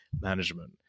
management